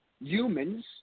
Humans